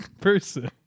person